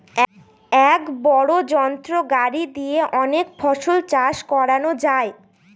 এক বড় যন্ত্র গাড়ি দিয়ে অনেক ফসল চাষ করানো যায়